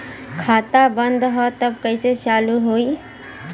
खाता बंद ह तब कईसे चालू होई?